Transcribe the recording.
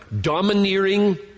domineering